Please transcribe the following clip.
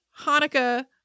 Hanukkah